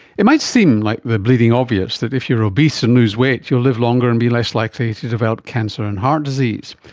it might seem like the bleeding obvious that if you're obese and lose weight you'll live longer and be less likely to develop cancer and heart disease.